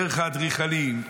דרך האדריכלים,